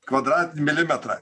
kvadratinį milimetrą